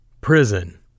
prison